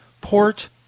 port